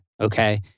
okay